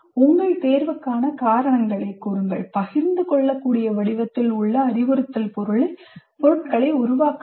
உங்கள் தேர்வுக்கான காரணங்களைக் கூறுங்கள் பகிர்ந்து கொள்ளக்கூடிய வடிவத்தில் உள்ள அறிவுறுத்தல் பொருள் உருவாக்குங்கள்